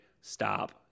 stop